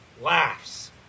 laughs